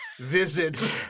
Visits